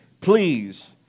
please